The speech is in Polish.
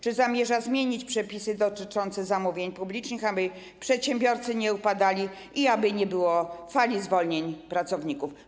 Czy zamierza zmienić przepisy dotyczące zamówień publicznych, aby przedsiębiorstwa nie upadały i aby nie było fali zwolnień pracowników?